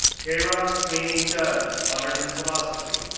kiera sweeney judge, honors in philosophy,